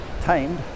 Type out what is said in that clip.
Tamed